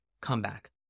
comeback